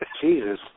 Jesus